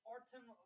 Artem